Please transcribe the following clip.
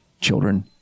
children